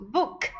Book